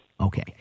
Okay